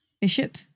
Bishop